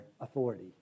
authority